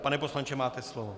Pane poslanče, máte slovo.